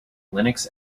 linux